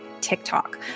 TikTok